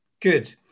Good